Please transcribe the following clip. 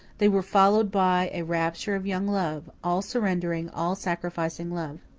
they were followed by a rapture of young love all-surrendering, all-sacrificing love.